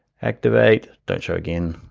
activate, don't show again,